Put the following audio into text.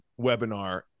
webinar